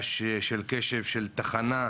אבל באופן כללי משרד ראש הממשלה מרכז את התוכנית כולה,